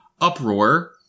Uproar